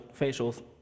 facials